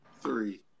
three